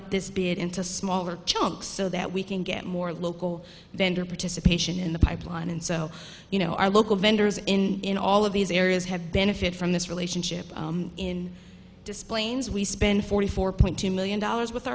up this bid into smaller chunks so that we can get more local vendor participation in the pipeline and so you know our local vendors in in all of these areas have benefit from this relationship in display nds we spend forty four point two million dollars with